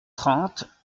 trente